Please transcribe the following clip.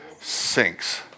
sinks